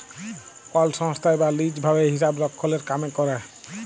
call সংস্থায় বা lease ভাবে হিসাবরক্ষলের কামে ক্যরে